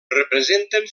representen